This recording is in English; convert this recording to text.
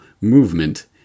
movement